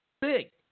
big